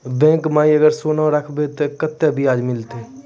Bank माई अगर सोना राखबै ते कतो ब्याज मिलाते?